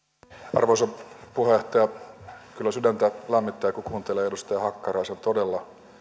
arvoisa puheenjohtaja kyllä sydäntä lämmittää kun kuuntelee edustaja hakkaraisen todella